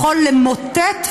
למוטט,